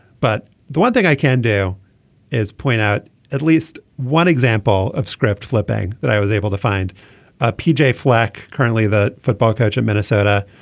but the one thing i can do is point out at least one example of script flipping that i was able to find ah pj flack currently the football coach of minnesota.